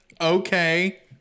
Okay